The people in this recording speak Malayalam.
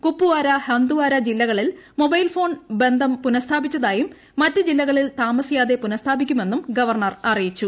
കുപ്വാര ഹന്ദ്വാര ജില്ലകളിൽ മൊബൈൽ ഫോൺ ബന്ധം പുനസ്ഥാപിച്ചതായും മറ്റ് ജില്ലകളിൽ താമസിയാതെ പുനസ്ഥാപിക്കുമെന്നും ഗവർണർ അറിയിച്ചു